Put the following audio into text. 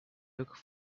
look